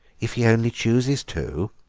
if he only chooses to,